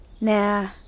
Nah